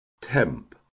temp